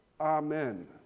Amen